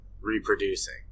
reproducing